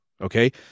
Okay